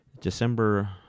December